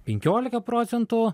penkiolika procentų